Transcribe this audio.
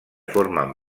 formen